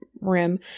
rim